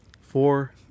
four